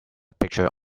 picture